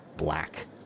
black